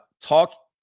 talk